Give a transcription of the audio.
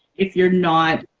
if you're not.